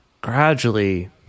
gradually